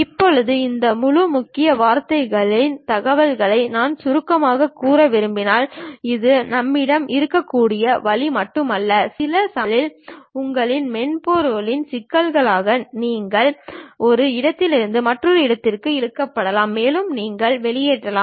இப்போது இந்த முழு முக்கிய வார்த்தைகளின் தகவலை நான் சுருக்கமாகக் கூற விரும்பினால் இது நம்மிடம் இருக்கக்கூடிய வழி மட்டுமல்ல சில சமயங்களில் உங்கள் மென்பொருள் சிக்கல்களால் நீங்கள் ஒரு இடத்திலிருந்து மற்ற இடத்திற்கு இழுக்கப்படலாம் மேலும் நீங்கள் வெளியேறலாம்